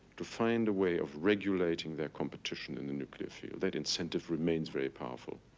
to find a way of regulating their competition in the nuclear field, that incentive remains very powerful.